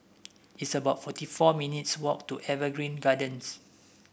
it's about forty four minutes' walk to Evergreen Gardens